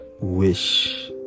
wish